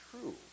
true